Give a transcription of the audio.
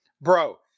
Bro